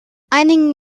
einigen